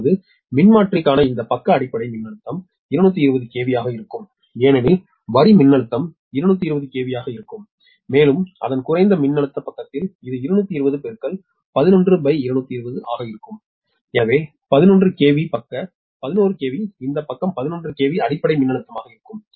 அதாவது மின்மாற்றிக்கான இந்த பக்க அடிப்படை மின்னழுத்தம் 220 KV ஆக இருக்கும் ஏனெனில் வரி மின்னழுத்தம் 220 KV ஆக இருக்கும் மேலும் அதன் குறைந்த மின்னழுத்த பக்கத்தில் இது 22011220 ஆக இருக்கும் எனவே 11 KV பக்க 11 KV இந்த பக்கம் 11 KV அடிப்படை மின்னழுத்தமாக இருக்கும்